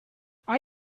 are